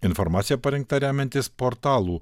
informacija parengta remiantis portalų